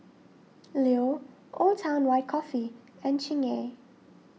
Leo Old Town White Coffee and Chingay